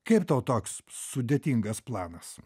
kaip tau toks sudėtingas planas